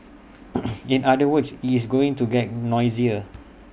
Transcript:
in other words IT is going to get noisier